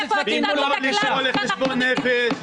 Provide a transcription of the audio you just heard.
----- -במקום לקרוא לחשבון נפש,